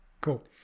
Cool